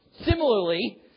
Similarly